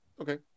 Okay